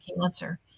cancer